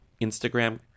Instagram